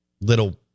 little